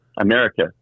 America